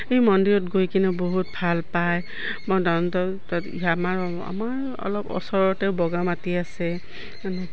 এই মন্দিৰত গৈ কিনে বহুত ভাল পায় আমাৰ আমাৰ অলপ ওচৰতে বগামাটি আছে